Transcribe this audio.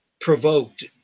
provoked